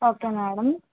okay madam